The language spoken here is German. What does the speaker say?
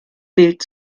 bild